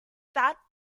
that